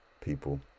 people